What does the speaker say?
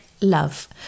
love